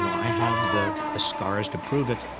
and i have the the scars to prove it.